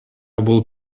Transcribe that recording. бул